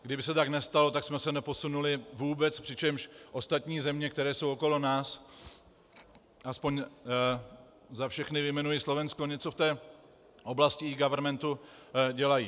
Kdyby se tak nestalo, tak jsme se neposunuli vůbec, přičemž ostatní země, které jsou okolo nás, aspoň za všechny vyjmenuji Slovensko, něco v té oblasti eGovernmentu dělají.